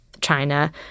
China